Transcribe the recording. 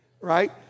right